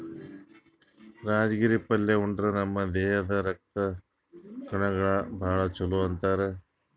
ರಾಜಗಿರಿ ಪಲ್ಯಾ ಉಂಡ್ರ ನಮ್ ದೇಹದ್ದ್ ರಕ್ತದ್ ಕಣಗೊಳಿಗ್ ಭಾಳ್ ಛಲೋ ಅಂತಾರ್